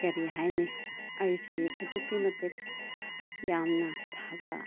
ꯀꯔꯤ ꯍꯥꯏꯅꯤ ꯑꯩꯁꯤ ꯑꯗꯨꯛꯀꯤ ꯃꯇꯤꯛ ꯌꯥꯝꯅ ꯐꯕ